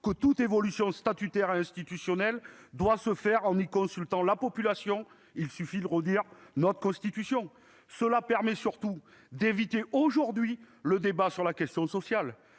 que toute évolution statutaire et institutionnelle doit se faire en consultant la population : il suffit de relire notre Constitution. Cela vous permet surtout d'éviter le débat sur la question sociale.